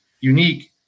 unique